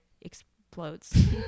explodes